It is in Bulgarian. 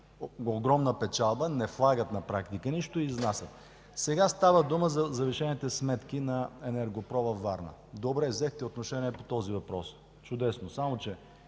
огромна печалба, на практика не влагат нищо и изнасят. Сега става дума за завишените сметки на „ЕНЕРГО-ПРО” във Варна. Добре, взехте отношение по този въпрос. Чудесно! Само че